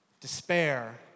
despair